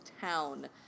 town